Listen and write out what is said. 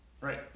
right